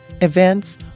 events